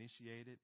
initiated